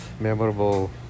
Memorable